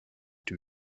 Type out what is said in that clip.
due